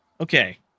Okay